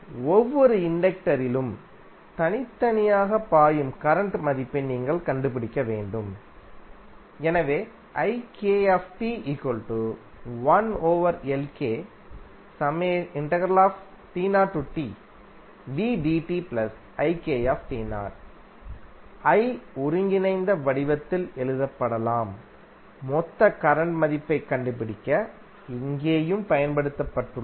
ஒவ்வொரு இண்டக்டரிலும் தனித்தனியாக பாயும் கரண்ட் மதிப்பை நீங்கள் கண்டுபிடிக்க வேண்டும் எனவே i ஒருங்கிணைந்த வடிவத்தில் எழுதப்படலாம் மொத்த கரண்ட் மதிப்பைக் கண்டுபிடிக்க இங்கேயும் பயன்படுத்தப்பட்டுள்ளது